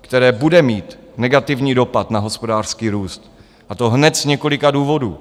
které bude mít negativní dopad na hospodářský růst, a to hned z několika důvodů.